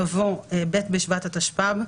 במקום פרט (3א) יבוא: "(3א)